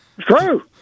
true